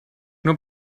nur